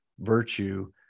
virtue